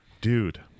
Dude